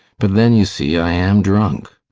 but then, you see, i am drunk.